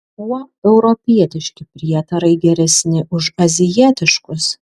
kuo europietiški prietarai geresni už azijietiškus